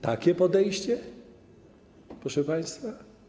Takie podejście, proszę państwa?